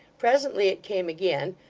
presently, it came again,